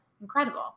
incredible